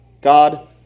God